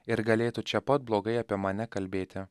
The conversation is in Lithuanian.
ir galėtų čia pat blogai apie mane kalbėti